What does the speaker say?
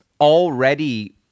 already